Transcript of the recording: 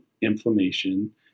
inflammation